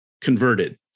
Converted